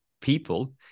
people